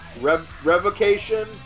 Revocation